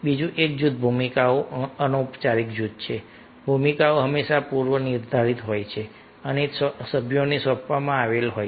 બીજું એક જૂથ ભૂમિકાઓ અનૌપચારિક જૂથો છે ભૂમિકાઓ હંમેશા પૂર્વનિર્ધારિત હોય છે અને સભ્યોને સોંપવામાં આવે છે